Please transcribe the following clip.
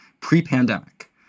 pre-pandemic